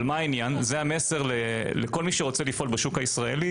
אבל זה המסר לכל מי שרוצה לפעול בשוק הישראלי